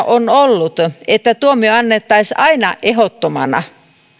on ollut että tuomio annettaisiin aina ehdottomana